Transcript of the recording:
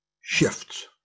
shifts